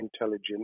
intelligent